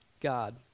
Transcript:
God